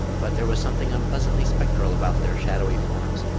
but there was something unpleasantly spectral about their shadowy forms,